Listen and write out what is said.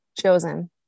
chosen